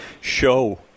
show